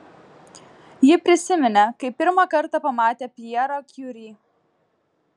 ji prisiminė kaip pirmą kartą pamatė pjerą kiuri